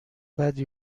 بدی